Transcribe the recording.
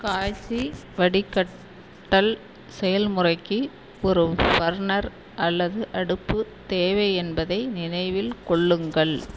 காய்ச்சி வடிகட்டல் செயல்முறைக்கு ஒரு பர்னர் அல்லது அடுப்பு தேவை என்பதை நினைவில் கொள்ளுங்கள்